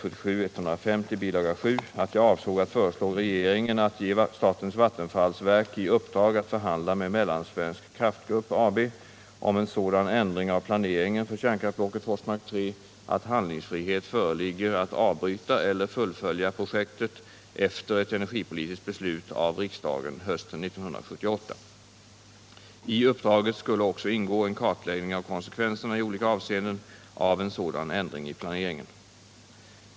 7) att jag avsåg att föreslå regeringen att ge statens vattenfallsverk i uppdrag att förhandla med Mellansvensk Kraftgrupp AB om en sådan ändring av planeringen för kärnkraftsblocket Forsmark 3 att handlingsfrihet föreligger att avbryta eller fullfölja projektet efter ett energipolitiskt beslut av riksdagen hösten 1978. I uppdraget skulle också ingå en kartläggning av konsekvenserna i olika avseenden av en sådan ändring i planeringen.